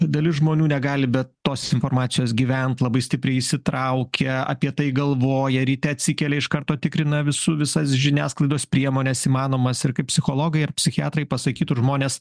dalis žmonių negali be tos informacijos gyvent labai stipriai įsitraukę apie tai galvoja ryte atsikelia iš karto tikrina visų visas žiniasklaidos priemones įmanomas ir kaip psichologai ar psichiatrai pasakytų žmonės